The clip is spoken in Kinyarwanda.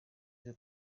izo